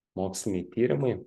moksliniai tyrimai